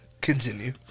Continue